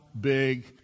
big